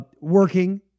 working